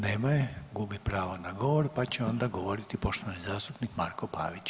Nema je, gubi pravo na govor pa će onda govoriti poštovani zastupnik Marko Pavić.